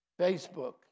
Facebook